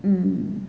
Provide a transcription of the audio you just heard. mm